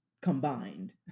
combined